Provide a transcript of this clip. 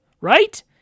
Right